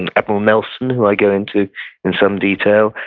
and admiral nelson, who i get into in some detail,